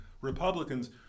Republicans